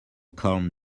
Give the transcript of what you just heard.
calm